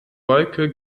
wolke